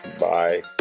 bye